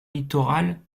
littoral